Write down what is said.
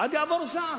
עד יעבור זעם?